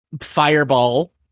fireball